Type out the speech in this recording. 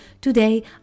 Today